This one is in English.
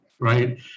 Right